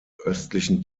östlichen